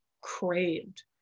craved